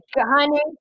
Honey